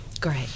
Great